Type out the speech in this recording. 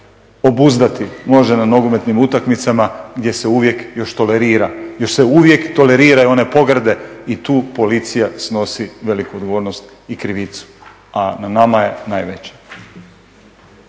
obuzdati, može na nogometnim utakmicama gdje se još uvijek tolerira još se uvijek toleriraju one pogrde i tu policija snosi veliku odgovornost i krivu, a na nama je najveća.